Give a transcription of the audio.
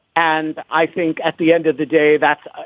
and i think at the end of the day, that's,